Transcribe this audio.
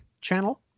channel